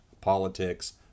Politics